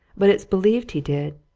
but it's believed he did.